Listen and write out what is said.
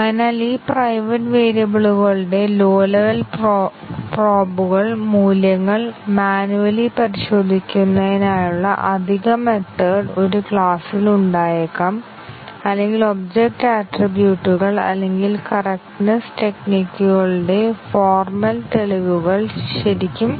അതിനാൽ ഈ പ്രൈവറ്റ് വേരിയബിളുകളുടെ ലോ ലെവൽ പ്രോബുകളുടെ മൂല്യങ്ങൾ മനുവല്ലി പരിശോധിക്കുന്നതിനായുള്ള അധിക മെത്തേഡ് ഒരു ക്ലാസ്സിൽ ഉണ്ടായേക്കാം അല്ലെങ്കിൽ ഒബ്ജക്റ്റ് ആട്രിബ്യൂട്ടുകൾ അല്ലെങ്കിൽ കറെക്റ്റ്നെസ്സ് ടെക്നികുകളുടെ ഫോർമൽ തെളിവുകൾ ശരിക്കും